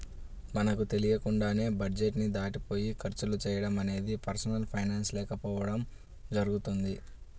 మనకు తెలియకుండానే బడ్జెట్ ని దాటిపోయి ఖర్చులు చేయడం అనేది పర్సనల్ ఫైనాన్స్ లేకపోవడం జరుగుతుంది